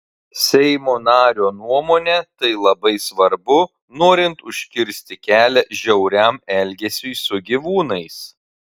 seimo nario nuomone tai labai svarbu norint užkirsti kelią žiauriam elgesiui su gyvūnais